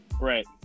right